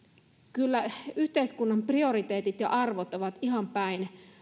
kyllä yhteiskunnan prioriteetit ja arvot ovat ihan päin